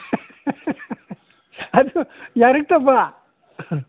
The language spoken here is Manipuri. ꯑꯗꯨ ꯌꯥꯔꯛꯇꯕ